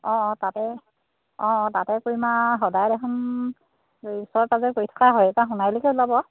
অঁ তাতে অঁ তাতে কৰিম আৰু সদায় দেখোন এই ওচৰে পাজৰে কৰি থকা হয় এইবাৰ সোণাৰিলৈকে ওলাব আৰু